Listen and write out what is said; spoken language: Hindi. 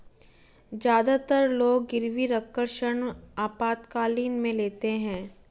ज्यादातर लोग गिरवी रखकर ऋण आपातकालीन में लेते है